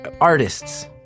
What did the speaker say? artists